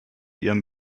ihrem